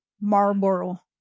Marlboro